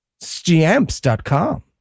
stamps.com